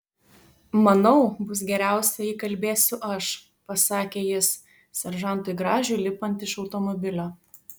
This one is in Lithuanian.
manau bus geriausia jei kalbėsiu aš pasakė jis seržantui gražiui lipant iš automobilio